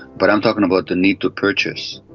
but i'm talking about the need to purchase.